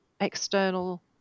external